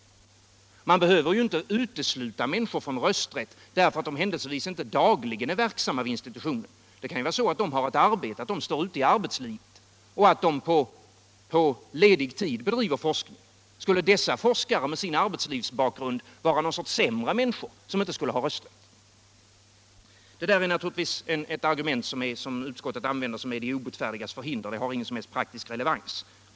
Man behöver inte utesluta människor från rösträtt därför att de händelsvis inte dagligen är verksamma vid institutionen. De kan stå ute i arbetslivet och sedan på ledig tid bedriva forskning. Skulle dessa forskare med sin arbetslivsbakgrund vara någon sorts sämre människor, som inte skulle ha rösträtt? Det argument som utskottet använder är som de obotfärdigas förhinder; det har ingen som helst praktisk relevans.